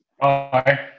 Bye